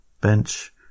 bench